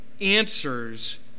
answers